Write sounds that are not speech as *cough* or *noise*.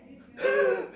*laughs*